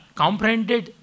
comprehended